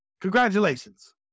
Congratulations